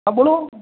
હા બોલો